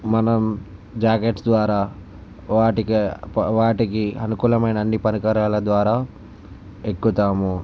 మనం జాకెట్ ద్వారా వాటికి వాటికి అనుకూలమైన అన్ని పరికరాల ద్వారా ఎక్కుతాము